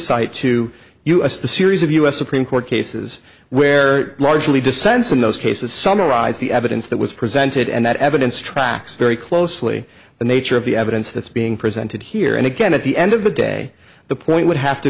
sight to us the series of us supreme court cases where largely dissents in those cases summarize the evidence that was presented and that evidence tracks very closely the nature of the evidence that's being presented here and again at the end of the day the point would have to